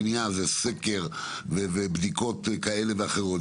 שזה סקר ובדיקות כאלה ואחרות.